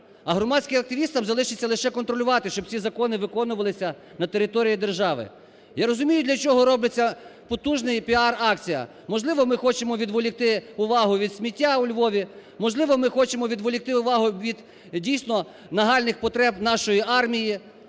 А громадським активістам залишиться лише контролювати, щоб ці закони виконувалися на території держави. Я розумію, для чого робиться потужна піар-акція. Можливо, ми хочемо відволікти увагу від сміття у Львові, можливо ми хочемо відволікти увагу від, дійсно, нагальних потреб нашої армії,